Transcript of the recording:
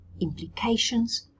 implications